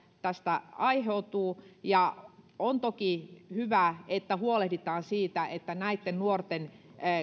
tästä aiheutuu ja on toki hyvä että huolehditaan siitä että näitten nuorten